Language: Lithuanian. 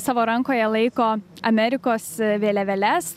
savo rankoje laiko amerikos vėliavėles